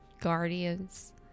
guardians